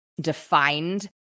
defined